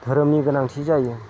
धोरोमनि गोनांथि जायो